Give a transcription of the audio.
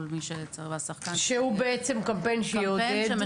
מי שצריך --- בעצם זה הקמפיין שיעודד?